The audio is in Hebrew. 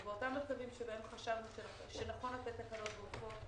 ובאותם מצבים שבהם חשבנו שנכון לתת הקלות גורפות,